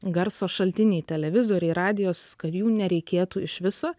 garso šaltiniai televizoriai radijos kad jų nereikėtų iš viso